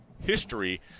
history